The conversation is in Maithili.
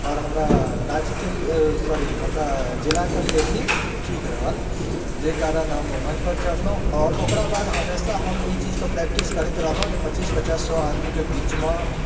आओर हमरा राज्यके लि सॉरी हमरा जिला कऽ लिए भी ठीक रहल जहि कारण हम मञ्च पर चढ़लहुँ आओर ओकरा हमेशा हम एहि चीज कऽ प्रैक्टिस करैत रहलहुँ जे पचीस पचास सए आदमी कऽ बीचमे